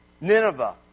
Nineveh